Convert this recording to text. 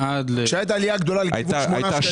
כשהייתה העלייה הגדולה לכיוון שמונה שקלים.